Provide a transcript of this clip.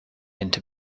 into